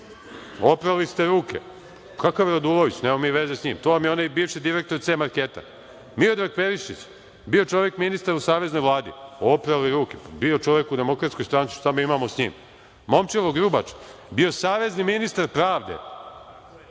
Oprali ste ruke. Kakav Radulović, nemamo vi veze sa njim. To vam je onaj bivši direktor „C marketa“.Miodrag Perišić, bio čovek ministar u saveznoj Vladi. Oprali ruke. Bio čovek u DS, šta mi imamo sa njim. Momčilo Grubač, bio savezni ministar pravde.